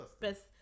best